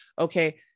okay